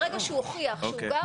ברגע שהוא הוכיח שהוא גר שם.